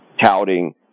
touting